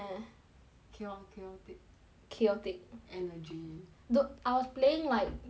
chao~ chaotic chaotic energy dude I was playing like 那个